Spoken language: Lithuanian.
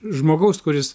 žmogaus kuris